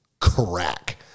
crack